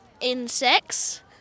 insects